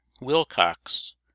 Wilcox